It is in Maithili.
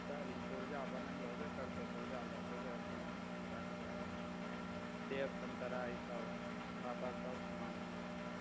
ई पुर्जा बनल होबे करतै पुर्जा लेके एबय अपन दै देबै आरो सेब संतरा ईसब हमरा पास सब समान छै